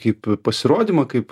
kaip pasirodymą kaip